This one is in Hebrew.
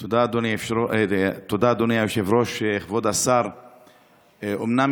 מקלב, אני חייב לומר שבהקשר של יוקר המחיה